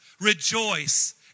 Rejoice